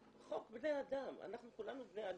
חוק בני אדם, אנחנו כולנו בני אדם.